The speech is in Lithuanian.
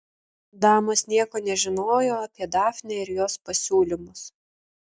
damos nieko nežinojo apie dafnę ir jos pasiūlymus